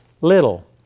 little